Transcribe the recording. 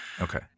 okay